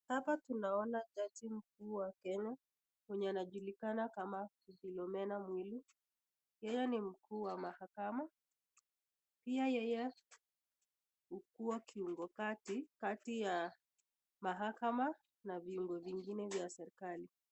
Hapa tunaona jaji mkuu wa Kenya anayejulikana kama Philomena Mbiu. Yeye ni mkuu wa mahakama, pia yeye hukuwa kiungo kati, kati ya mahakama na viungo vingine za serikali.